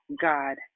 God